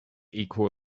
equal